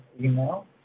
email